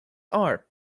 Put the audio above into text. are